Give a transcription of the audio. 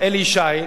אלי ישי,